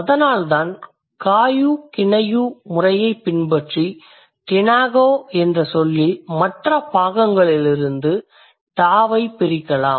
அதனால்தான் Kayu Kinayu முறையைப் பின்பற்றி tengao என்ற சொல்லில் மற்ற பாகங்களிலிருந்து ta ஐப் பிரிக்கலாம்